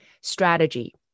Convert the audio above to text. Strategy